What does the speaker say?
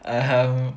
(uh huh)